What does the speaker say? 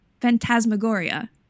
Phantasmagoria